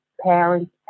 parents